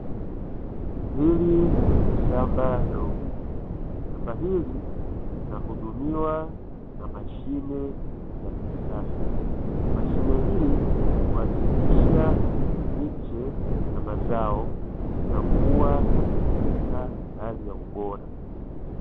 Hili ni shamba dogo, shamba hili linahudumiwa na mashine ya kisasa, mashine hii uhakikisha miche ya mazao inakua katika hali ya ubora.